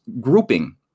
grouping